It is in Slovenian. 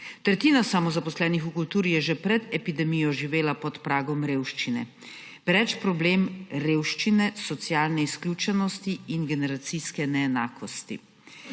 Tretjina samozaposlenih v kulturi je že pred epidemijo živela pod pragom revščine. Pereč je problem revščine, socialne izključenosti in generacijske neenakosti.